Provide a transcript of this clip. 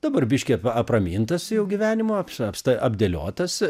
dabar biškį apramintas jau gyvenimo apšta apdėliotas